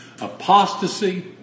Apostasy